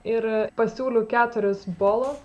ir pasiūliau keturis bolo